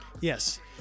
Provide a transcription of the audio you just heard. Yes